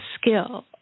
skill